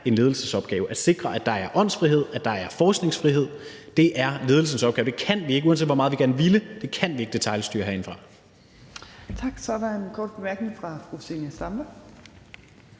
en ledelsesopgave, altså at sikre, at der er åndsfrihed, og at der er forskningsfrihed. Det er en ledelses opgave. Det kan vi ikke, uanset hvor meget vi gerne ville, detailstyre herindefra.